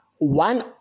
One